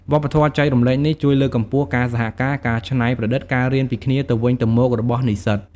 វប្បធម៌ចែករំលែកនេះ ជួយលើកកម្ពស់ការសហការ ការច្នៃប្រឌិត និងការរៀនពីគ្នាទៅវិញទៅមករបស់និស្សិត។